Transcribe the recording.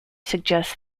suggests